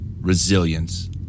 resilience